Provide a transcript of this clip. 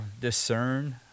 discern